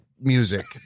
music